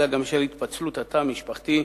אלא גם בשל התפצלות התא המשפחתי,